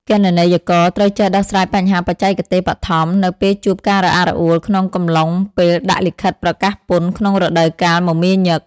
គណនេយ្យករត្រូវចេះដោះស្រាយបញ្ហាបច្ចេកទេសបឋម នៅពេលជួបការរអាក់រអួលក្នុងកំឡុងពេលដាក់លិខិតប្រកាសពន្ធក្នុងរដូវកាលមមាញឹក។